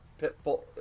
Pitbull